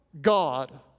God